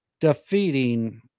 defeating